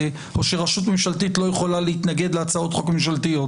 או שרשות ממשלתית לא יכולה להתנגד להצעות חוק ממשלתיות.